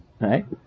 Right